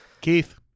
Keith